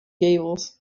gables